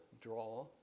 draw